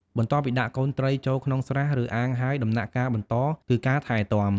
បន្ទាប់ពីដាក់កូនត្រីចូលក្នុងស្រះ ឬអាងហើយ ដំណាក់កាលបន្តគឺការថែទាំ។